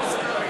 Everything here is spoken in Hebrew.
סקרים,